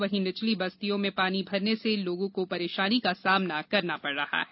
वहीं निचली बस्तियों में पानी भरने से लोगों को परेशानी का सामना करना पड़ रहा है